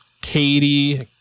Katie